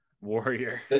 Warrior